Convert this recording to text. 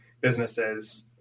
businesses